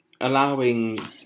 allowing